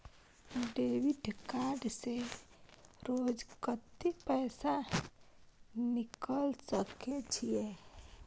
Debit card से रोज कत्ते पैसा निकाल सके छिये?